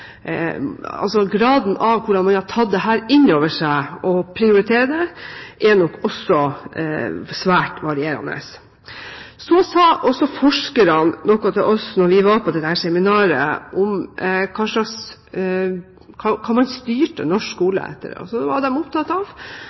man har tatt dette inn over seg og prioriterer det, nok også er svært varierende. Så sa også forskerne noe til oss da vi var på dette seminaret, om hva man styrte norsk skole etter. De var opptatt av